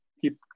keep